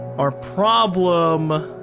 our problem.